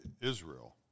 Israel